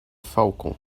falcon